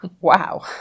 Wow